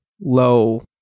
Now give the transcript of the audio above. low